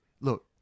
look